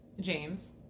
James